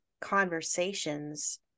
conversations